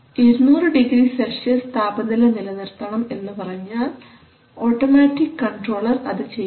200˚C താപനില നിലനിർത്തണം എന്നു പറഞ്ഞാൽ ഓട്ടോമാറ്റിക് കൺട്രോളർ അത് ചെയ്യും